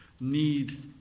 need